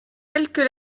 quelques